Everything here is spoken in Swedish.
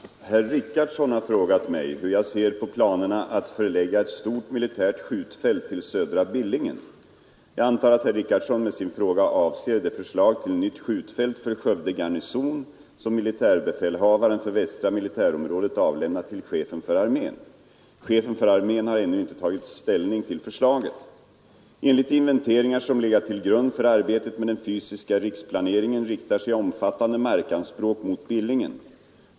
Herr talman! Herr Richardson har frågat mig hur jag ser på planerna att förlägga ett stort militärt skjutfält till södra Billingen. Jag antar att herr Richardson med sin fråga avser det förslag till nytt skjutfält för Skövde garnison som militärbefälhavaren för västra militärområdet avlämnat till chefen för armén. Chefen för armén har ännu inte tagit ställning till förslaget. Enligt de inventeringar som legat till grund för arbetet med den fysiska riksplaneringen riktar sig omfattande markanspråk mot Billingen.